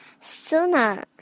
sooner